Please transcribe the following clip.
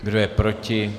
Kdo je proti?